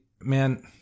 man